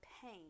pain